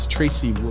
Tracy